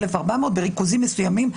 1,400 בריכוזים מסוימים,